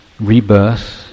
rebirth